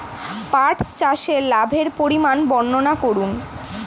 পাঠ চাষের লাভের পরিমান বর্ননা করুন?